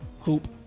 Hoop